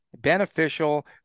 beneficial